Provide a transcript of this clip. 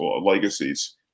legacies